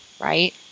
right